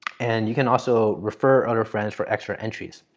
and you can also refer other friends for extra entries.